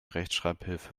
rechtschreibhilfe